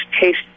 taste